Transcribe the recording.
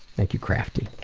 thank you crafty.